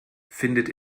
findet